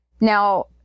now